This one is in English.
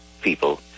people